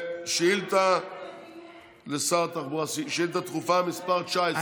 אז שאילתה דחופה מס' 19 לשר התחבורה.